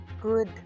Good